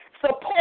support